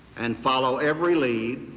and follow every lead,